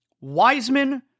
Wiseman